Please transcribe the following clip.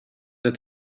that